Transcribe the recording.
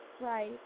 Right